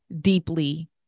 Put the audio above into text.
deeply